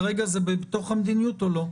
כרגע זה בתוך המדיניות או לא?